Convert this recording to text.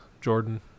Jordan